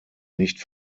nicht